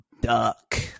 duck